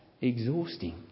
exhausting